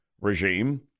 regime